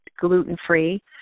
gluten-free